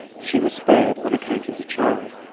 she was spared on account of the child.